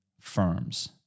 firms